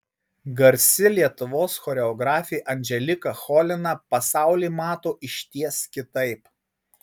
garsi lietuvos choreografė anželika cholina pasaulį mato išties kitaip